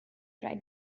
right